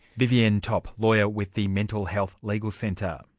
vivienne topp, lawyer with the mental health legal centre.